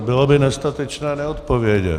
Bylo by nestatečné neodpovědět.